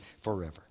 forever